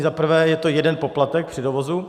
Za prvé, je to jeden poplatek při dovozu.